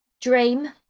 Dream